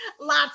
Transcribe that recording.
Lots